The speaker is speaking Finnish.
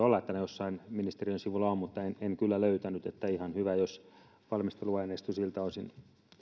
olla että ne jossain ministeriön sivuilla ovat mutta en en kyllä löytänyt että ihan hyvä jos valmisteluaineisto siltä osin